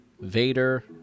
Vader